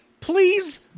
please